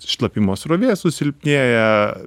šlapimo srovė susilpnėja